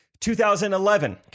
2011